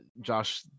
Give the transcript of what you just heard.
Josh